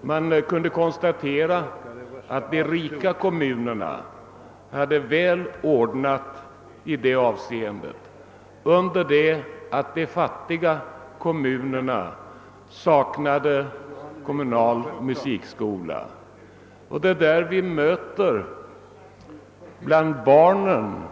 Vi har kunnat konstatera att de rika kommunerna har väl ordnat i det här avseendet, under det att de fattiga kommunerna saknar kommunal musikskola. Här möter man alltså